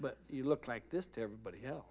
but you look like this to everybody else